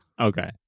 Okay